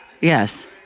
Yes